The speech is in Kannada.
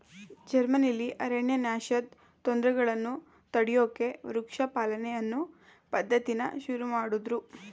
ಜರ್ಮನಿಲಿ ಅರಣ್ಯನಾಶದ್ ತೊಂದ್ರೆಗಳನ್ನ ತಡ್ಯೋಕೆ ವೃಕ್ಷ ಪಾಲನೆ ಅನ್ನೋ ಪದ್ಧತಿನ ಶುರುಮಾಡುದ್ರು